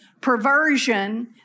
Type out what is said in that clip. perversion